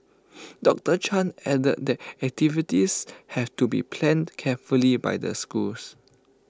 doctor chan added that activities have to be planned carefully by the schools